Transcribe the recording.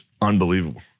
unbelievable